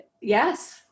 Yes